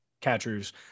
catchers